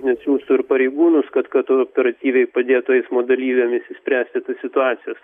net siųstų ir pareigūnus kad kad operatyviai padėtų eismo dalyviam išsispręsti situacijas